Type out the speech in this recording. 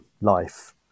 life